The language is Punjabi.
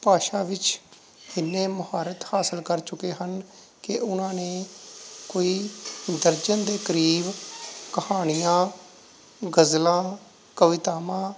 ਭਾਸ਼ਾ ਵਿੱਚ ਕਿੰਨੇ ਮੁਹਾਰਤ ਹਾਸਲ ਕਰ ਚੁੱਕੇ ਹਨ ਕਿ ਉਨਾਂ ਨੇ ਕੋਈ ਦਰਜਨ ਦੇ ਕਰੀਬ ਕਹਾਣੀਆਂ ਗਜ਼ਲਾਂ ਕਵਿਤਾਵਾਂ